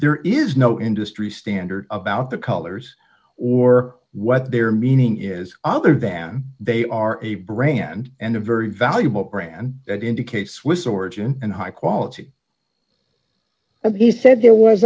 there is no industry standard about the colors or what their meaning is other than they are a brand and a very valuable brand that indicates swiss origin and high quality and he said